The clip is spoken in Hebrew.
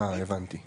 אה, הבנתי.